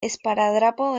esparadrapo